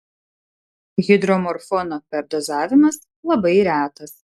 hidromorfono perdozavimas labai retas